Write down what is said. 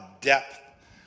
depth